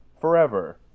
forever